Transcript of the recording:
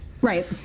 Right